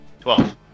Twelve